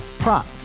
Prop